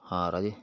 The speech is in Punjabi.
ਹਾਂ ਰਾਜੇ